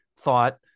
thought